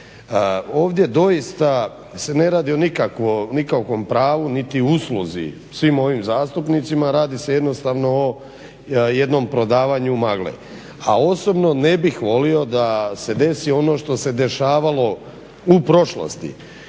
Ovdje doista se ne radi o nikakvom pravu niti usluzi svim ovim zastupnicima. Radi se jednostavno o jednom prodavanju magle. A osobno ne bih volio da se desi ono što se dešavalo u prošlosti